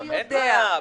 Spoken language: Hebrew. לא יודע.